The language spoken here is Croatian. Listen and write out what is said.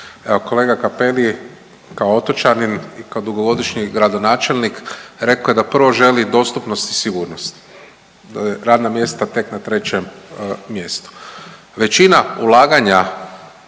kolega Cappelli kao otočanin i kao dugogodišnji gradonačelnik rekao je da prvo želi dostupnost i sigurnost, radna mjesta tek na trećem mjestu. Većina ulaganja